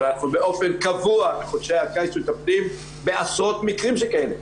אבל אנחנו באופן קבוע בחודשי הקיץ מטפלים בעשרות מקרים שכאלה,